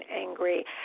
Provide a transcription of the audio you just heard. angry